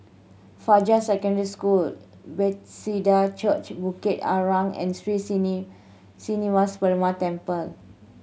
Fajar Secondary School Bethesda Church Bukit Arang and Sri Srinivasa Perumal Temple